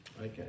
Okay